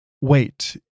Wait